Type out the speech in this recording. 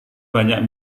banyak